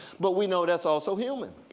but we know that's also human.